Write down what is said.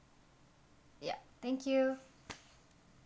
yup thank you